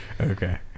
okay